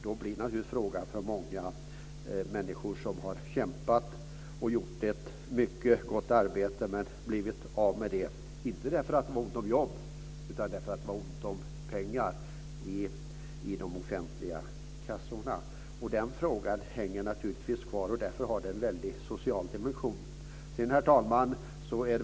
Många av dessa människor har kämpat och gjort ett mycket gott arbete men blivit av med sin anställning, inte därför att det var ont om jobb utan därför att det var ont om pengar i de offentliga kassorna. Frågan om ett värdigt slut hänger kvar och har en väldig social dimension. Herr talman!